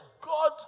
God